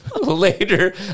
Later